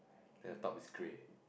then the top is grey